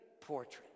portrait